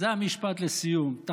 משפט לסיום, בבקשה.